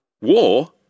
War